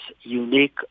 unique